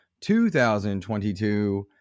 2022